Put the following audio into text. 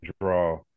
draw